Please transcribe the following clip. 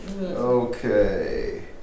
Okay